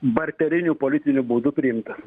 barteriniu politiniu būdu priimtas